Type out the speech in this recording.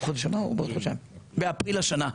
באפריל השנה.